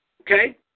okay